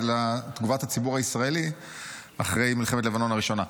תגובת הציבור הישראלי אחרי מלחמת לבנון הראשונה.